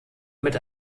mit